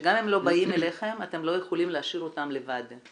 שגם אם לא באים אליכם אתם לא יכולים להשאיר אותם לבד.